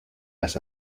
las